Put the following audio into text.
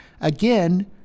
Again